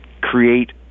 create